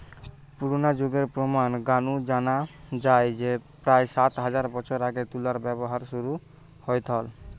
পুরনা যুগের প্রমান গা নু জানা যায় যে প্রায় সাত হাজার বছর আগে তুলার ব্যবহার শুরু হইথল